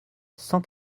cent